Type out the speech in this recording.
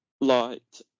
light